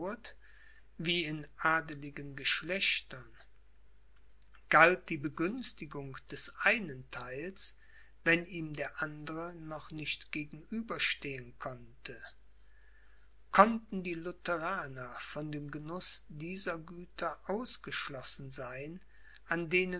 wie in adeligen geschlechtern galt die begünstigung des einen theils wenn ihm der andere noch nicht gegenüberstehen konnte konnten die lutheraner von dem genuß dieser güter ausgeschlossen sein an denen